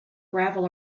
gravel